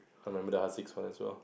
I remember the Haziq's one as well